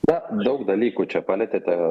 na daug dalykų čia palietėte